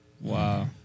Wow